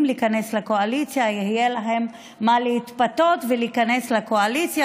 להיכנס לקואליציה יהיה להם ממה להתפתות ולהיכנס לקואליציה,